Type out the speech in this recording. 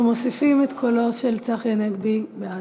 אנחנו מוסיפים את קולו של צחי הנגבי בעד.